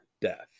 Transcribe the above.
Death